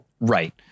right